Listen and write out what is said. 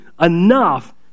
enough